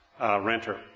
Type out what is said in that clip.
renter